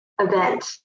event